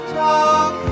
talk